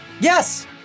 Yes